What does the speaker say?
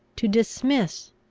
to dismiss,